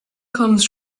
comes